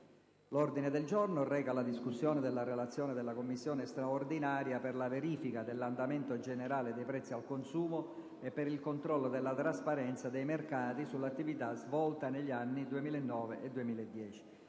del Governo, colleghi senatori, la relazione della Commissione straordinaria per la verifica dell'andamento generale dei prezzi al consumo e per il controllo della trasparenza dei mercati sull'attività svolta negli anni 2009 e 2010